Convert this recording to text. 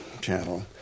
Channel